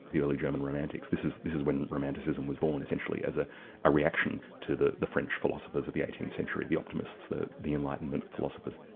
the early german romantics. this is this is when romanticism was born essentially as a ah reaction to the the french philosophers of the eighteenth century, the optimists, the the enlightenment philosophers.